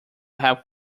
help